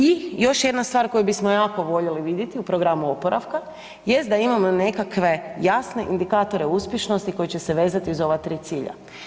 I još jedna stvar koju bismo jako voljeli vidjeti u programu oporavka jest da imamo nekakve jasne indikatore uspješnosti koji će se vezati za ova tri cilja.